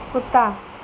کتا